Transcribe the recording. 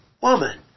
woman